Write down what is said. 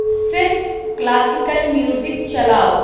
صرف classical music چلاؤ